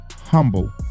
humble